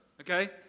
Okay